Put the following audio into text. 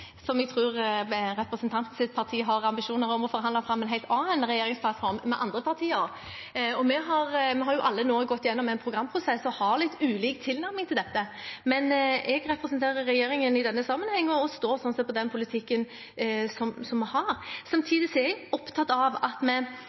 jeg tror representantens parti har ambisjoner om å forhandle fram en helt annen regjeringsplattform med andre partier. Vi har alle nå gått gjennom en programprosess og har litt ulik tilnærming til dette. Men jeg representerer regjeringen i denne sammenhengen og står sånn sett på den politikken som vi har. Samtidig er jeg opptatt av at vi